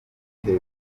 kevin